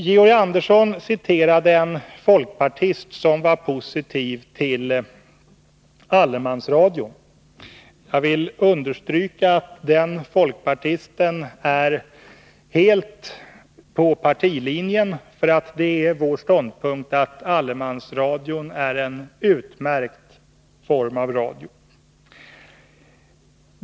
Georg Andersson citerade en folkpartist som var positiv till allemansradion. Jag vill understryka att den folkpartisten helt följer partilinjen. Det är vår ståndpunkt att allemansradion är en utmärkt form av radio.